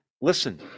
listen